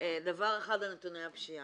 אני רוצה להגיד דבר אחד על נתוני הפשיעה.